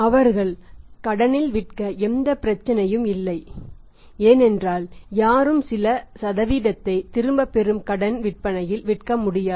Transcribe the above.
அவர்கள் கடனில் விற்க எந்த பிரச்சனையும் இல்லை ஏனென்றால் யாரும் சில சதவீதத்தை திரும்பப்பெறும் கடன் விற்பனையில் விற்க முடியாது